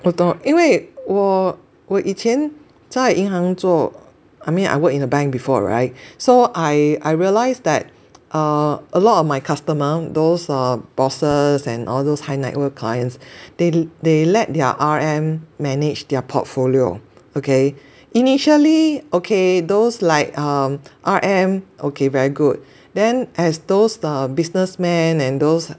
我懂因为我我以前在银行做 I mean I work in a bank before right so I I realized that err a lot of my customer those err bosses and all those high network clients they they let their R_M manage their portfolio okay initially okay those like um R_M okay very good then as those the businessman and those